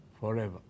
forever